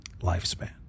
lifespan